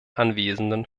anwesenden